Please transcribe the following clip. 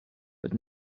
but